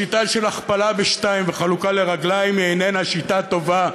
שיטה של הכפלה בשתיים וחלוקה לרגליים היא איננה שיטה טובה.